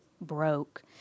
broke